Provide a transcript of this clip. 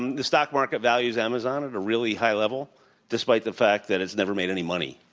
the stock market values amazon at a really high level despite the fact that it's never made any money,